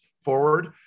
forward